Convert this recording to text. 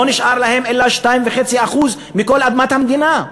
ולא נשארו להם אלא 2.5% מכל אדמות המדינה.